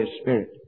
spirit